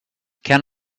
can